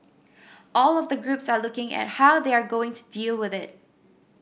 all of the groups are looking at how they are going to deal with it